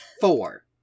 four